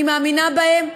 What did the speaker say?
אני מאמינה בהם,